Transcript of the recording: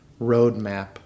Roadmap